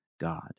God